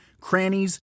crannies